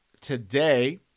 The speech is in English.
Today